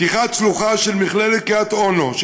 פתיחת שלוחה בצפון של מכללת קריית אונו,